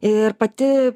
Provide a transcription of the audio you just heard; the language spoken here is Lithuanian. ir pati